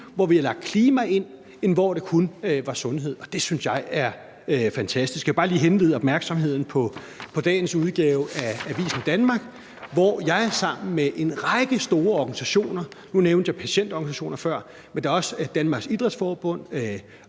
hvor vi har lagt klima ind, end da det kun var sundhed. Det synes jeg er fantastisk. Jeg vil bare lige henlede opmærksomheden på dagens udgave af Avisen Danmark, hvor jeg er med sammen med en række store organisationer – nu nævnte jeg patientorganisationer før, men der er også Danmarks Idrætsforbund,